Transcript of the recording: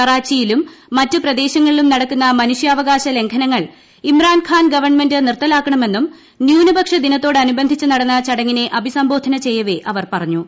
കറാച്ചിയിലും മറ്റ് പ്രദേശങ്ങളിലും നടക്കുന്ന മനുഷ്യാവകാശ ലംഘനങ്ങൾ ഇമ്രാൻ ഖാൻ ഗവൺമെന്റ് നിർത്തലാക്കണമെന്നും ന്യൂനപക്ഷ ദിനത്തോടനുബന്ധ്യിച്ചു നടന്ന ചടങ്ങിനെ അഭിസംബോധന ചെയ്യവേ ആണ്ട്രി പ്റഞ്ഞു